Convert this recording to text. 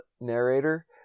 narrator